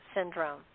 Syndrome